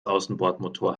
außenbordmotor